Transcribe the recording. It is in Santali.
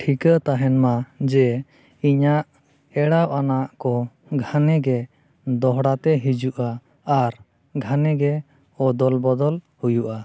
ᱴᱷᱤᱠᱟᱹ ᱛᱟᱦᱮᱱ ᱢᱟ ᱡᱮ ᱤᱧᱟᱹᱜ ᱮᱲᱟᱣ ᱟᱱᱟᱜ ᱠᱚ ᱜᱷᱟᱱᱮᱜᱮ ᱫᱚᱦᱲᱟᱛᱮ ᱦᱤᱡᱩᱜᱼᱟ ᱟᱨ ᱜᱷᱟᱱᱮᱜᱮ ᱚᱫᱚᱞ ᱵᱚᱫᱚᱞ ᱦᱩᱭᱩᱜᱼᱟ